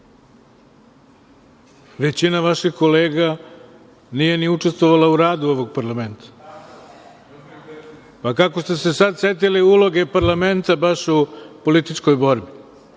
većina vaših kolega nije ni učestvovala u radu ovog parlamenta. Pa, kako ste se sad setili uloge parlamenta baš u političkoj borbi?